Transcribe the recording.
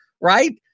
Right